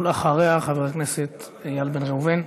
ואחריה, חבר הכנסת איל בן ראובן.